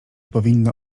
powinno